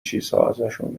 چیزهاازشون